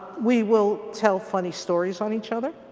we will tell funny stories on each other.